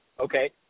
Okay